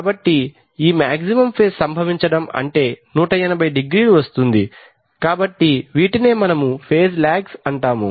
కాబట్టి ఈ maximum phase సంభవించడం అంటే 180 డిగ్రీలు వస్తుంది కాబట్టి వీటినే మనము ఫేజ్ లాగ్స్ అంటాము